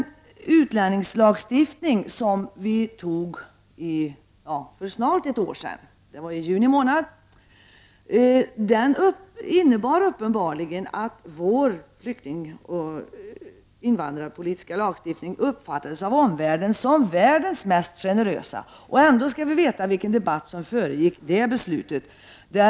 Den utlänningslagstiftning som vi fattade beslut om för snart ett år sedan, i juni 1989, innebar uppenbarligen att Sveriges flyktingoch invandrarpolitiska lagstiftning av omvärlden uppfattades som världens mest generösa. Ändå skall vi tänka på vilken debatt som föregick det beslutet.